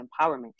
empowerment